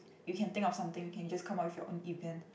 you can think of something you can just come up with your own event